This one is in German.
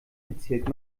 erzählt